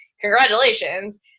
congratulations